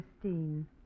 Christine